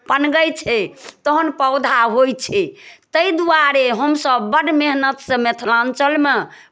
पनगै छै तहन पौधा होइ छै ताहि दुआरे हमसभ बड्ड मेहनतिसँ मिथिलाञ्चलमे